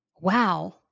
wow